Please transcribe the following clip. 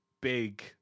big